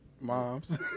Moms